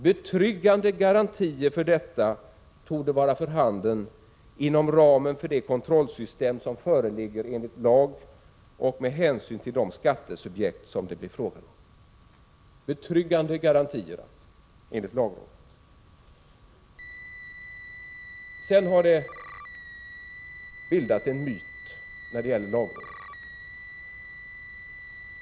Betryggande garantier för detta torde vara för handen inom ramen för det kontrollsystem som föreligger enligt lag och med hänsyn till de skattesubjekt som det blir fråga om.” Betryggande garantier, enligt lagrådet. Det har skapats en myt när det gäller lagrådet.